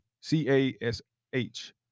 C-A-S-H